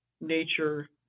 Nature